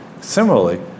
Similarly